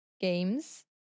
games